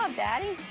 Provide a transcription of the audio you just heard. um daddy.